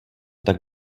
tak